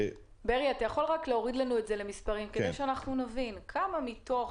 אתה יכול להגיד לנו את זה במספרים כדי שנבין כמה מתוך